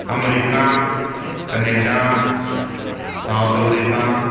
America Canada South Africa